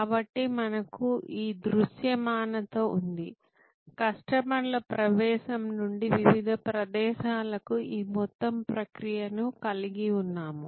కాబట్టి మనకు ఈ దృశ్యమానత ఉంది కస్టమర్ల ప్రవేశం నుండి వివిధ ప్రదేశాలకు ఈ మొత్తం ప్రక్రియను కలిగి ఉన్నాము